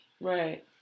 Right